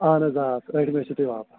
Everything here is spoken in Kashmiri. اَہَن حظ آ ٲٹھمہِ ٲسِو تُہۍ واپَس